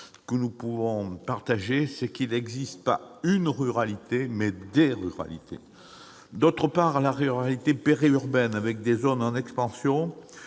que nous pouvons partager est qu'il existe non pas une ruralité, mais des ruralités. D'une part, il existe une ruralité périurbaine, avec des zones en expansion.